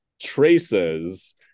traces